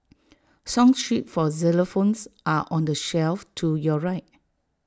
song sheet for xylophones are on the shelf to your right